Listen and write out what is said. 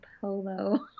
polo